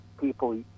people